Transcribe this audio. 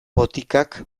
botikak